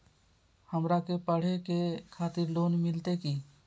हमरा के पढ़े के खातिर लोन मिलते की?